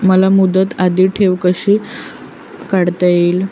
मला मुदती आधी ठेव कशी काढता येईल?